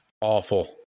awful